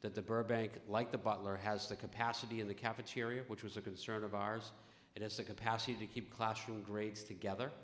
that the burbank like the butler has the capacity in the cafeteria which was a concern of ours it has the capacity to keep classroom grades together